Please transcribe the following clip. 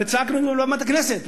הרי צעקנו מעל במת הכנסת.